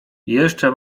jeszcze